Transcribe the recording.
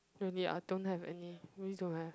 really I don't have any really don't have